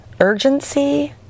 urgency